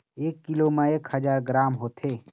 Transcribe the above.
एक कीलो म एक हजार ग्राम होथे